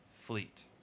Fleet